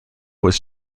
was